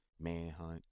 manhunt